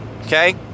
Okay